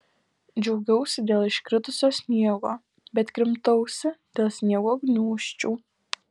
džiaugiausi dėl iškritusio sniego bet krimtausi dėl sniego gniūžčių